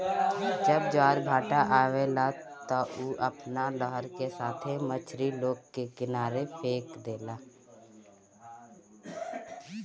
जब ज्वारभाटा आवेला त उ अपना लहर का साथे मछरी लोग के किनारे फेक देला